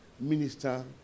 minister